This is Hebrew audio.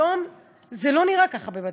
היום זה לא נראה ככה בבתי-הספר.